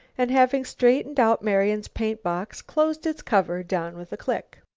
and, having straightened out marian's paint-box, closed its cover down with a click.